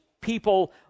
people